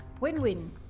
win-win